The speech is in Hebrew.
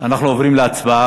אנחנו עוברים להצבעה.